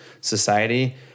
society